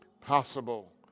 possible